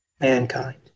mankind